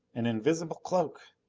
an invisible cloak!